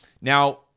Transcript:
Now